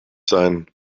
sein